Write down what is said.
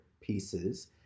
pieces